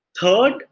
Third